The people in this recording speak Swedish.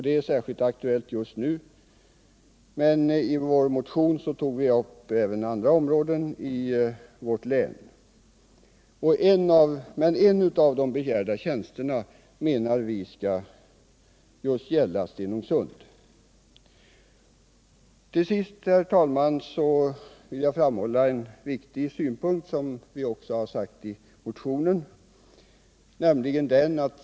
Det är särskilt aktuellt just nu, men i vår motion tog vi upp även andra områden i vårt län. En av de begärda tjänsterna bör enbart gälla Stenungsund. Till sist, herr talman, vill jag framhålla en viktig synpunkt som också är medtagen i motionen.